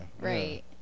right